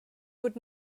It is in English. would